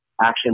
action